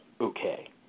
okay